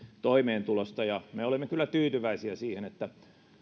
toimeentulosta ja me olemme kyllä tyytyväisiä siihen että